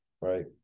right